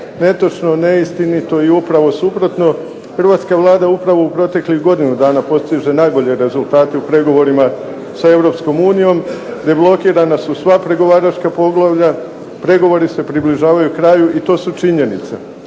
Netočno, neistinito. I upravo suprotno, hrvatska Vlada upravo u proteklih godinu dana postiže najbolje rezultate u pregovorima sa Europskom unijom, deblokirana su sva pregovaračka poglavlja, pregovori se približavaju kraju i to su činjenice.